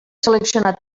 seleccionat